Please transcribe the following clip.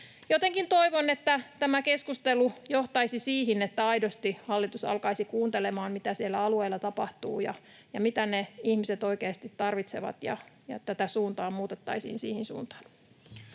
Jotenkin toivon, että tämä keskustelu johtaisi siihen, että aidosti hallitus alkaisi kuuntelemaan, mitä siellä alueilla tapahtuu ja mitä ne ihmiset oikeasti tarvitsevat, ja tätä suuntaa muutettaisiin siihen suuntaan.